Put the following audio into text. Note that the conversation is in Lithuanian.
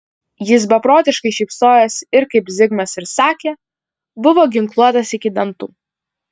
jis beprotiškai šypsojosi ir kaip zigmas ir sakė buvo ginkluotas iki dantų